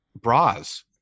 bras